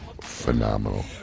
Phenomenal